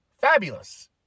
Fabulous